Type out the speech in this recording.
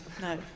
No